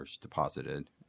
deposited